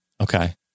Okay